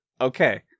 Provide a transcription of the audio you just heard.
Okay